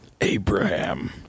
Abraham